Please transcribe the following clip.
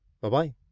Bye-bye